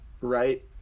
right